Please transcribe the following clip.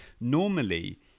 normally